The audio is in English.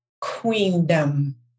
queendom